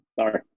Sorry